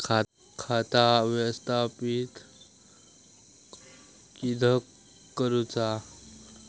खाता व्यवस्थापित किद्यक करुचा?